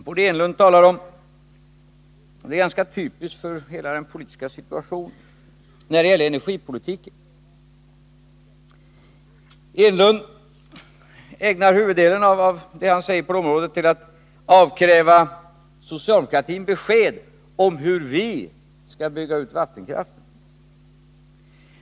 När det gäller energipolitiken — och det är ganska typiskt för hela den politiska situationen — ägnar Eric Enlund huvuddelen av det han säger på det området till att avkräva socialdemokratin besked om hur vi skall bygga ut vattenkraften.